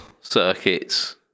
circuits